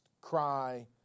cry